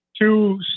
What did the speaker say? two